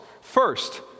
first